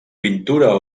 pintura